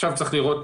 עכשיו צריך לראות